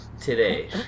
Today